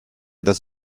das